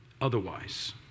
otherwise